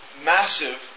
massive